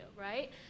right